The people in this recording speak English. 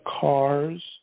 cars